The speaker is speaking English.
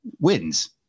Wins